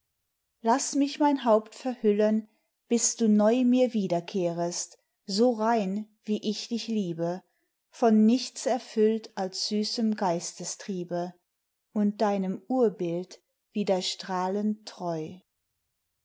laß mich mein haupt verhüllen bis du neu mir wiederkehrst so rein wie ich dich liebe von nichts erfüllt als süßem geistestriebe und deinem urbild wieder strahlend treu